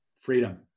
Freedom